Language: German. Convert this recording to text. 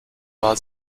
war